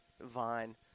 vine